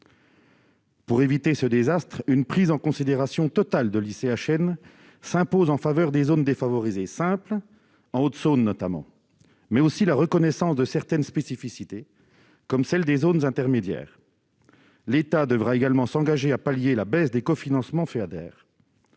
Pour éviter ce désastre, une prise en considération totale de l'ICHN s'impose en faveur des zones défavorisées simples, en Haute-Saône notamment. Il importe aussi de reconnaître certaines spécificités, comme celles des zones intermédiaires. L'État devra également s'engager à compenser la baisse des cofinancements du Fonds